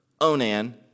Onan